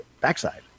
backside